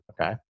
okay